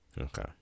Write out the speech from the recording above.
okay